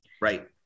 right